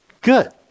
Good